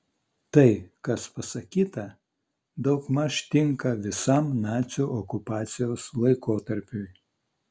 tai kas pasakyta daugmaž tinka visam nacių okupacijos laikotarpiui